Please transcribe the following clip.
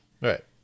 Right